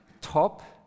top